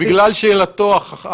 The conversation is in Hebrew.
וגם אנחנו צריכים לעשות את זה.